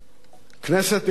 כנסת נכבדה,